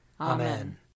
Amen